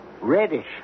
reddish